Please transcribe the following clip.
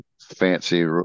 Fancy